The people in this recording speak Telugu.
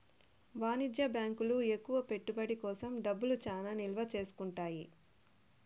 వాణిజ్య బ్యాంకులు ఎక్కువ పెట్టుబడి కోసం డబ్బులు చానా నిల్వ చేసుకుంటాయి